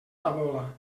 tabola